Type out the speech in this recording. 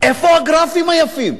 איפה הגרפים היפים?